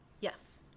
Yes